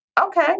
Okay